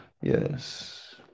Yes